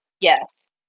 Yes